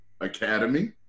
academy